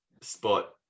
spot